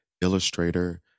illustrator